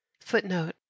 Footnote